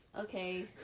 Okay